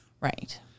Right